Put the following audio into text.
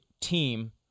team